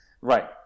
Right